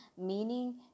meaning